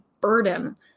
burden